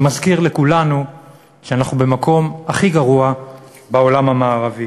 שמזכיר לכולנו שאנחנו במקום הכי גרוע בעולם המערבי.